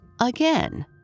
again